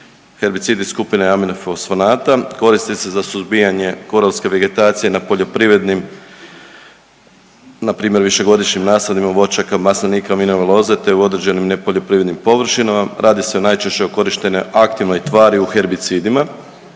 herbicid iz skupine aminofosfonata, koristi se za suzbijanje korovske vegetacije na poljoprivrednim npr. višegodišnjim nasadima voćaka, maslinika, vinove loze te u određenim nepoljoprivrednim površinama. Radi se najčešće o korištenoj aktivnoj tvari u herbicidima,